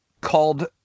called